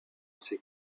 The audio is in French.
ses